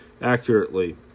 accurately